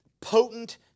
potent